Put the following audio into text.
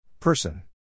Person